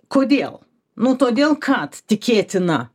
kodėl nu todėl kad tikėtina